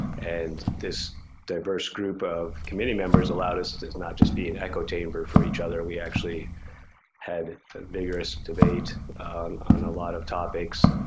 and this diverse group of committee members allowed us to not just be an echo chamber for each other. we actually had vigorous debates on a lot of topics.